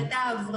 זה כבר עבר.